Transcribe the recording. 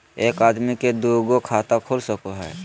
एक आदमी के दू गो खाता खुल सको है?